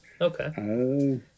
Okay